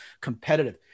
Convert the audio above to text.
competitive